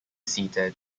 seated